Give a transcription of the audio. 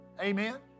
Amen